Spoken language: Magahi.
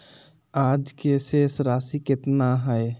आज के शेष राशि केतना हइ?